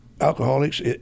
Alcoholics